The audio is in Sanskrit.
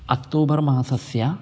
अक्तोबर्मासस्य